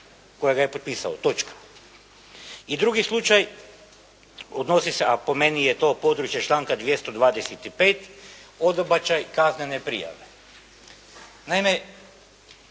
kojega je potpisao, točka. I drugi slučaj, odnosi se, a po meni je to područje članka 225. odbačaj kaznene prijave. Naime,